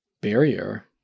barrier